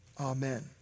Amen